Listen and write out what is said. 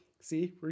See